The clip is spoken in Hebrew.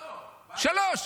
שלוש.